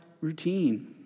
routine